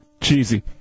cheesy